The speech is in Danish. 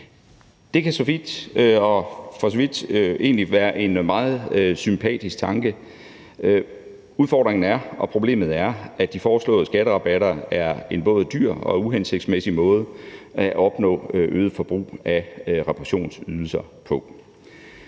egentlig være en meget sympatisk tanke. Udfordringen og problemet er, at de foreslåede skatterabatter er en både dyr og uhensigtsmæssig måde at opnå øget forbrug af reparationsydelser på.